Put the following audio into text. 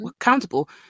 accountable